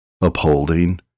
upholding